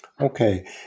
Okay